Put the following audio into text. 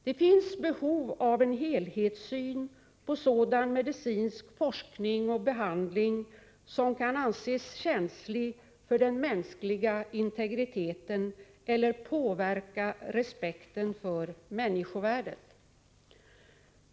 Det finns behov av en helhetssyn på sådan medicinsk forskning och behandling som kan anses känslig för den mänskliga integriteten eller påverka respekten för människovärdet.